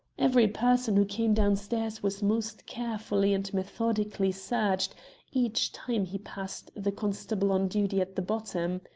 every person who came downstairs was most carefully and methodically searched each time he passed the constable on duty at the bottom.